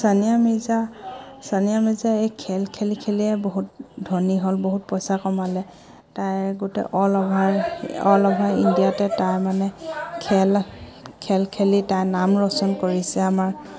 ছানিয়া মিৰ্জা ছানিয়া মিৰ্জা এই খেল খেলি খেলিয়ে বহুত ধনী হ'ল বহুত পইচা কমালে তাইৰ গোটেই অল অভাৰ অল অভাৰ ইণ্ডিয়াতে তাই মানে খেল খেল খেলি তাইৰ নাম ৰৌশ্বন কৰিছে আমাৰ